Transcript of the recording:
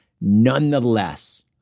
nonetheless